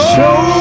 Show